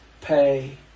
pay